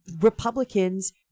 Republicans